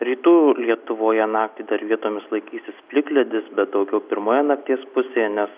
rytų lietuvoje naktį dar vietomis laikysis plikledis bet daugiau pirmoje nakties pusėje nes